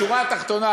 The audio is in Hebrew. בשורה התחתונה,